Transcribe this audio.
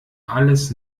alles